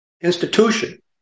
institution